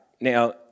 now